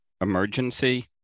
emergency